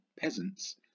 peasants